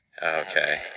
okay